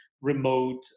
remote